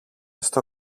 στο